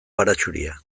baratxuria